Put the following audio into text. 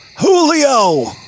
Julio